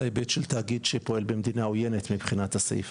סעיף